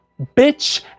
Bitch